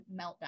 meltdown